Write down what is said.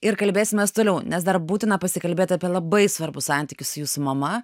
ir kalbėsimės toliau nes dar būtina pasikalbėti apie labai svarbų santykį su jūsų mama